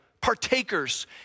partakers